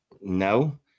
no